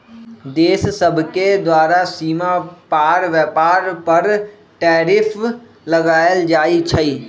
देश सभके द्वारा सीमा पार व्यापार पर टैरिफ लगायल जाइ छइ